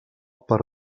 per